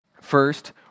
First